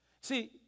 See